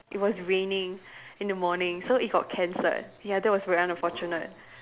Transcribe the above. it was raining in the morning so it got cancelled ya that was very unfortunate